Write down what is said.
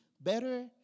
better